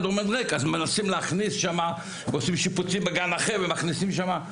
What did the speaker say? אחד עומד ריק אז מנסים להכניס שמה ועושים שיפוצים בגן אחר ומכניסים שמה.